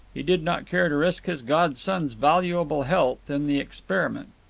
he did not care to risk his godson's valuable health in the experiment.